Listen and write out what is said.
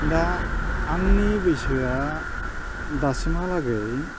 दा आंनि बैसोया दासिमहालागै